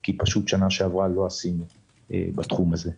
כי פשוט בשנה שעברה לא עשינו בתחום הזה.